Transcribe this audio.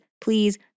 please